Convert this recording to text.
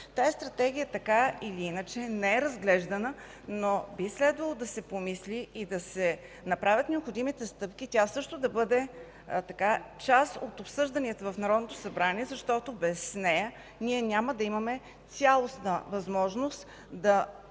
научните изследвания. Тя не е разглеждана, но би следвало да се помисли и се направят необходимите стъпки тя също да стане част от обсъжданията в Народното събрание, защото без нея няма да имаме цялостна възможност да създаваме